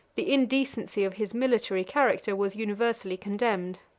the indecency of his military character was universally condemned.